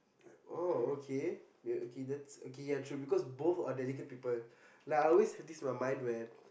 oh okay wait okay let's okay ya true because both are delicate people like I always practise my mind where